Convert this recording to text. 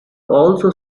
also